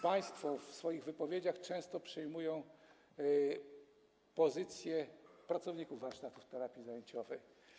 Państwo w swoich wypowiedziach często przyjmują pozycję pracowników warsztatów terapii zajęciowej.